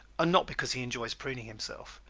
and not because he enjoys preening himself.